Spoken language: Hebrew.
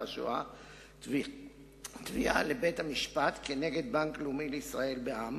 השואה תביעה לבית-המשפט כנגד בנק לאומי לישראל בע"מ,